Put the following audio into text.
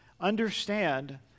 understand